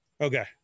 okay